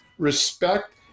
respect